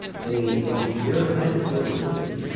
the bureaucratic feudalism,